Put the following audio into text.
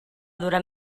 durar